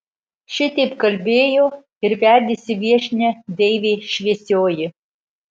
šitaip kalbėjo ir vedėsi viešnią deivė šviesioji